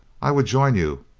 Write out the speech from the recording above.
i would join you,